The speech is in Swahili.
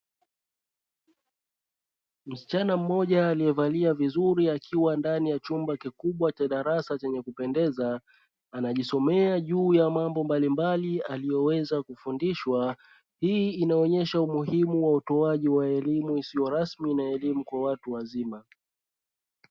Msichana mmoja aliyevalia vizuri akiwa ndani ya chumba kikubwa cha darasa chenye kupendeza, anajisomea juu ya mambo mbalimbali aliyoweza kufundishwa hii inaonyesha umuhimu wa utoalewaji wa elimu isiyo rasmi na elimu kwa watu wazima.